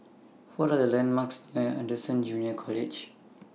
What Are The landmarks near Anderson Junior College